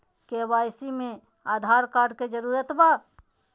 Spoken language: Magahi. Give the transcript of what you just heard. के.वाई.सी में आधार कार्ड के जरूरत बा?